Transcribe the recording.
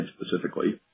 specifically